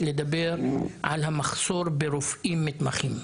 לדבר על המחסור ברופאים מתמחים.